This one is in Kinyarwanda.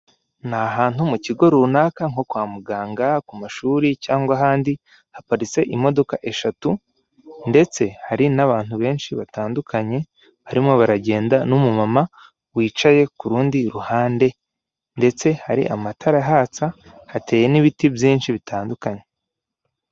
Ni ahantu mu kigo runaka nko kwa muganga, ku mashuri cyangwa ahandi, haparitse imodoka eshatu, ndetse hari n'abantu benshi batandukanye barimo baragenda n'umumama wicaye ku rundi ruhande, ndetse hari amatara ahatsa hateye n'ibiti byinshi bitandukanye.